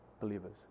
believers